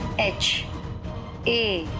h a